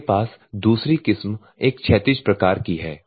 आपके पास दूसरी किस्म एक क्षैतिज प्रकार की है